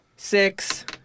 Six